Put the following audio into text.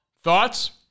Thoughts